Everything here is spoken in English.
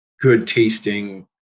good-tasting